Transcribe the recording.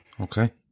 Okay